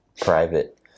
private